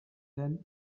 then